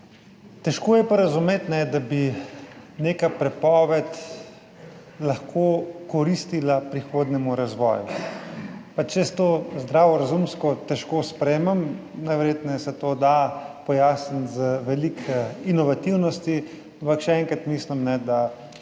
težko je pa razumeti, da bi neka prepoved lahko koristila prihodnjemu razvoju. Jaz to zdravorazumsko težko sprejmem, najverjetneje se to da pojasniti z veliko inovativnosti, ampak še enkrat, mislim, da